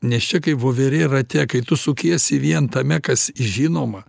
nes čia kaip voverė rate kai tu sukiesi vien tame kas žinoma